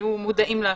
תהיו מודעים להשלכות.